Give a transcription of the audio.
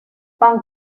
pan